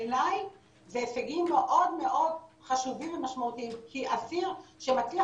בעיניי אלה הישגים מאוד מאוד חשובים ומשמעותיים כי אסיר שמצליח